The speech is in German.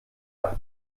nach